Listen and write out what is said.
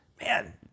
man